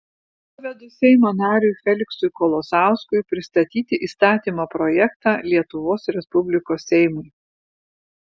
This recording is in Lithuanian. pavedu seimo nariui feliksui kolosauskui pristatyti įstatymo projektą lietuvos respublikos seimui